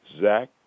Zach